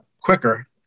quicker